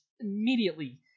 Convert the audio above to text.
immediately